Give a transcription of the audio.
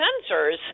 censors